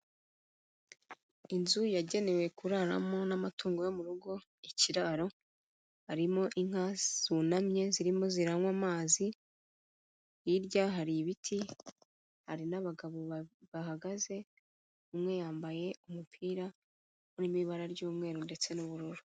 Inzu yagenewe kuramo n'amatungo yo mu rugo ikiraro, harimo inka zunamye zirimo ziranywa amazi, hirya hari ibiti hari n'abagabo bahagaze umwe yambaye umupira urimo ibara ry'umweru ndetse n'ubururu.